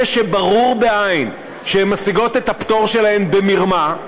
אלה שברור לעין שהן משיגות את הפטור שלהן במרמה,